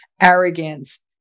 arrogance